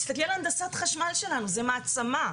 תסתכלי על הנדסת חשמל שלנו, זו מעצמה.